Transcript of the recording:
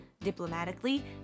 diplomatically